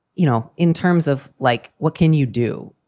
you know, in terms of like what can you do?